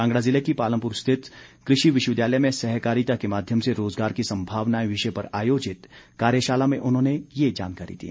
कांगड़ा जिला की पालमपुर स्थित कृषि विश्वविद्यालय में सहकारिता के माध्यम से रोजगार की संभावनाएं विषय पर आयोजित कार्यशाला में उन्होंने ये जानकारी दी